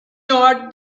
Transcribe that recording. not